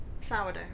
sourdough